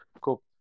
cool